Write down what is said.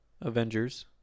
Avengers